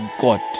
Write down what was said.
God